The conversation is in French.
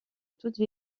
toute